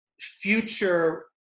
future